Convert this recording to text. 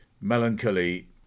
melancholy